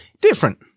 different